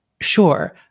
sure